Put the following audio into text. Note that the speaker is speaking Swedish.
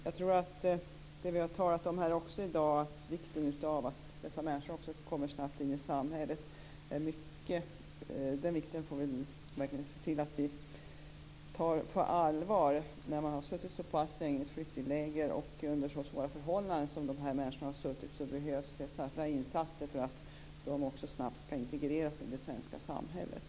Jag tror också att det vi har talat om här i dag, nämligen att dessa människor snabbt måste komma in i samhället, är mycket viktigt och något som vi måste ta på allvar. När man har suttit så pass länge i ett flyktingläger, och under så svåra förhållanden, som de här människorna har gjort behövs det särskilda insatser för att de snabbt skall integreras i det svenska samhället.